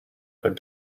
good